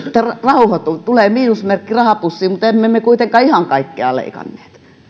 että rauhoitu tulee miinusmerkki rahapussiin mutta emme me kuitenkaan ihan kaikkea leikanneet